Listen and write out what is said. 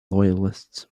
loyalists